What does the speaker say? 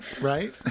Right